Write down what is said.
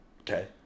Okay